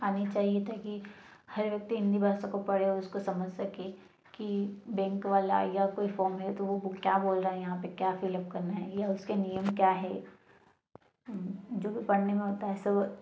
आनी चाहिए ताकि हर व्यक्ति हिंदी भाषा को पढ़ और समझ सकें कि बैंक वाला या कोई फार्म है तो क्या बोल रहा है कि यहाँ पर क्या फिलअप करना है या उसके नियम क्या है जो भी पढ़ने में होता है स